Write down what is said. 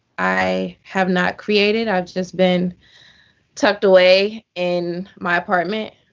i have not created. i've just been tucked away. in my apartment.